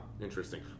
Interesting